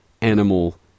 animal